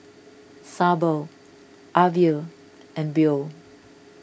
Sable Avie and Beau